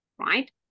right